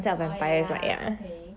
oh ya lah okay